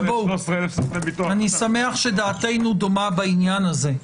אני שמח שדעתנו דומה בעניין הזה.